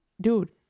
Dude